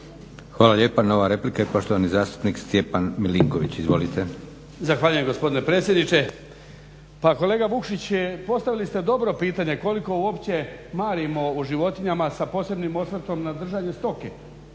Hvala lijepa. Nova replika i poštovani zastupnik Stjepan Milinković. Izvolite. **Milinković, Stjepan (HDZ)** Zahvaljujem gospodine predsjedniče. Pa kolega Vukšić, postavili ste dobro pitanje koliko uopće marimo o životinjama sa posebnim osvrtom na držanje stoke.